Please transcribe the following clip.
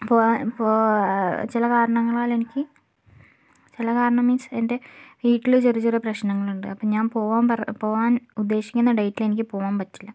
പോവൻ ചില കാരണങ്ങളാൽ എനിക്ക് ചില കാരണം മീൻസ് എൻ്റെ വീട്ടിൽ ചെറിയ ചെറിയ പ്രശ്നങ്ങളുണ്ട് അപ്പം ഞാൻ പോവാൻ പോവാൻ ഉദ്ദേശിക്കുന്ന ഡേറ്റിൽ എനിക്ക് പോവാൻ പറ്റില്ല